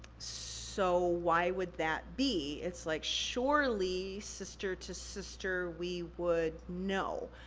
so, why would that be? it's like, surely sister to sister, we would know.